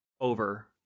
over